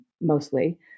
mostly